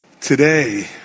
today